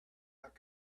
not